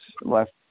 left